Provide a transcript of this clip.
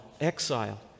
exile